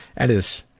that is,